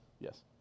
Yes